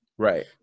Right